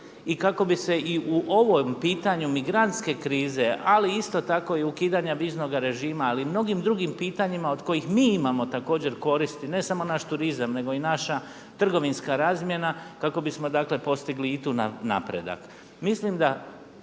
i kako bi se i u ovom pitanju migranske krize ali isto tako i ukidanja viznoga režima ali i mnogim drugim pitanjima od kojim mi imamo također koristi, ne samo naš turizam nego i naša trgovinska razina kako bismo dakle postigli i tu napredak. Mislim da